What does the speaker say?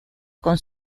con